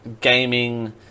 Gaming